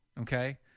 okay